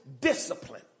discipline